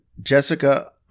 Jessica